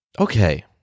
Okay